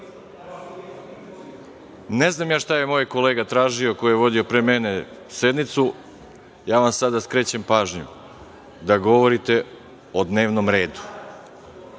znam ja šta je moj kolega tražio koji je vodio pre mene sednicu, ali ja vam sada skrećem pažnju da govorite o dnevnom redu.